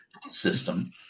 system